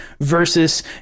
versus